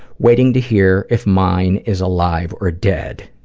waiting to hear if mine is alive or dead.